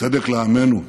צדק לעמנו,